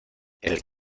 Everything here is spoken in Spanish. que